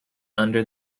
under